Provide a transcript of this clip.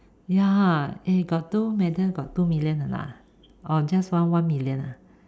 ya eh got two medal got two million or not ah or just want one million ah